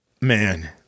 man